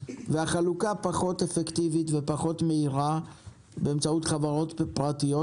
והחלוקה פחות אפקטיבית ופחות מהירה באמצעות חברות פרטיות,